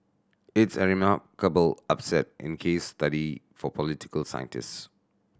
it's a remarkable upset in case study for political scientists